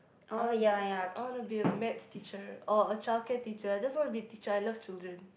I wanna be I wanna be a math teacher or a childcare teacher just wanna be teacher I love children